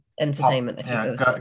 entertainment